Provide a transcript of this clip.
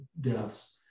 deaths